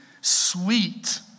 sweet